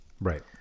Right